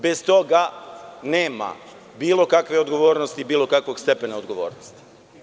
Bez toga nema bilo kakve odgovornosti, bilo kakvog stepena odgovornosti.